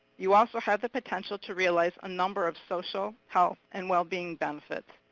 you also have the potential to realize a number of social, health, and well-being benefits.